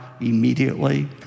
immediately